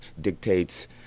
dictates